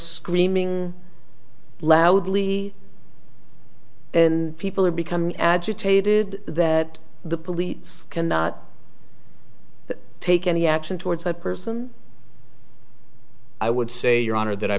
screaming loudly and people are becoming agitated that the police cannot take any action towards that person i would say your honor that i